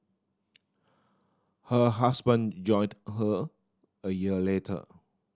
her husband joined her a year later